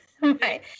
Right